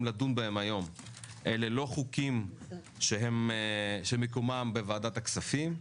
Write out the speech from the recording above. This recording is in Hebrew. לדון בהן היום אין מקומן בוועדת הכספים,